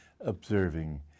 observing